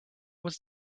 was